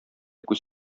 күз